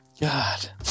God